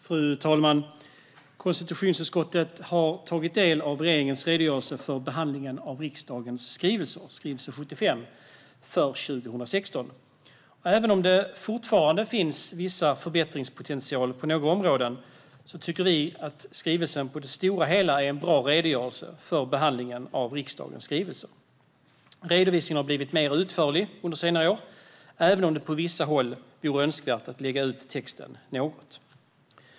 Fru talman! Konstitutionsutskottet har tagit del av skrivelse 75, regeringens redogörelse för behandlingen av riksdagens skrivelser för 2016. Även om det fortfarande finns viss förbättringspotential på några områden tycker vi att skrivelsen på det stora hela är en bra redogörelse för behandlingen av riksdagens skrivelser. Redovisningen har blivit mer utförlig under senare år även om det på vissa håll vore önskvärt att man lade ut texten något.